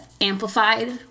amplified